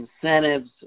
incentives